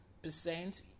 Percent